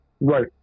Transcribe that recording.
Right